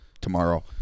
tomorrow